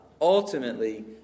Ultimately